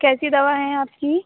कैसी दवा हैं आपकी